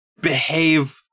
behave